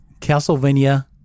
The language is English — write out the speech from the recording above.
Castlevania